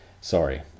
sorry